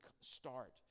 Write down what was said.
start